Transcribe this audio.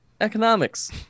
economics